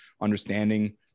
understanding